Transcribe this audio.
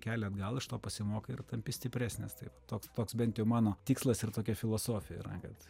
kelią atgal iš to pasimokai ir tampi stipresnis taip toks toks bent jau mano tikslas ir tokia filosofija yra kad